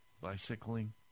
bicycling